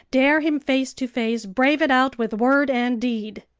dare him face to face, brave it out with word and deed!